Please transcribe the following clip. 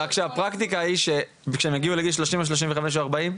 רק שהפרקטיקה היא שכשהם יגיעו לגילאים 30 או 36 או 40,